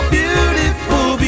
beautiful